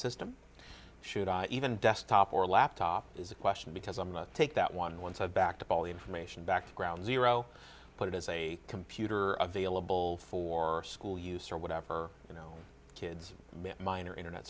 system should i even desktop or laptop is a question because i'm the take that one once i've backed up all the information back to ground zero put it as a computer available for school use or whatever you know kids with minor internet